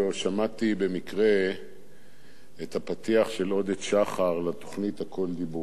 שמעתי במקרה את הפתיח של עודד שחר לתוכנית "הכול דיבורים".